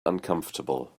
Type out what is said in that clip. uncomfortable